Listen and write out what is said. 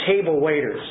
table-waiters